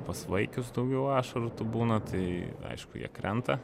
pas vaikius daugiau ašarų būna tai aišku jie krenta